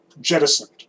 Jettisoned